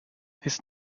his